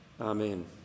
amen